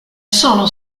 sono